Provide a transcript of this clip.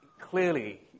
Clearly